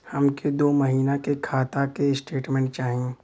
हमके दो महीना के खाता के स्टेटमेंट चाही?